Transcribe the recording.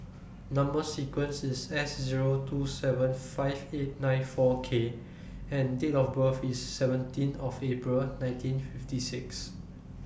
Number sequence IS S Zero two seven five eight nine four K and Date of birth IS seventeen of April nineteen fifty six